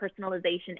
personalization